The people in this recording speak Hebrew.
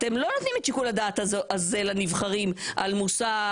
אתם לא נותנים את שיקול הדעת הזה לנבחרים על מוסר,